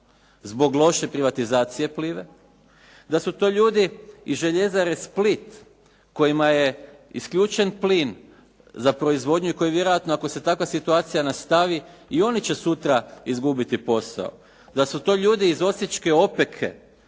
zbog loše privatizacije "Plive", da su to ljudi iz "Željezare Split" kojima je isključen plin za proizvodnju i koji vjerojatno ako se takva situacija nastavi i oni će sutra izgubiti posao, da su to ljudi iz Osječke "Opeke"